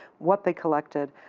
what they collected.